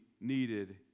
needed